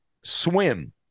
swim